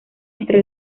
entre